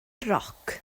roc